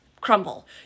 crumble